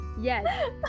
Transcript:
yes